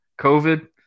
covid